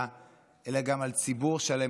אלא גם על ציבור שלם כאן בארץ.